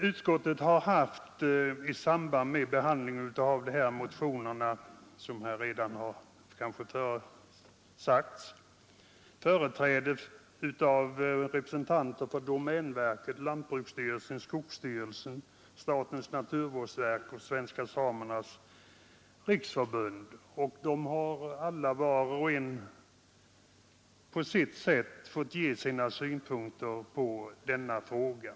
Utskottet har i samband med behandlingen av motionerna kallat företrädare för domänverket, lantbruksstyrelsen, skogsstyrelsen, statens naturvårdsverk och Svenska samernas riksförbund, som var för sig har fått ge sina synpunkter på denna fråga.